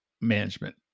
management